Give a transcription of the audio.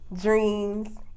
Dreams